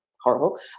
horrible